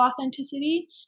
authenticity